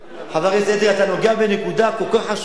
אתה נוגע בנקודה כל כך חשובה,